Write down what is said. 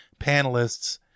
panelists